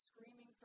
screaming